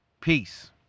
Peace